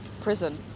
Prison